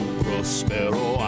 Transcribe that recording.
prospero